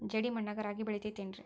ಜೇಡಿ ಮಣ್ಣಾಗ ರಾಗಿ ಬೆಳಿತೈತೇನ್ರಿ?